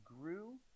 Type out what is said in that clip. grew